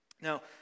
Now